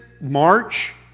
March